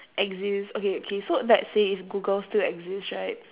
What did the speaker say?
exist okay okay so let's say if google still exist right